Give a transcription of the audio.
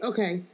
Okay